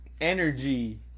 energy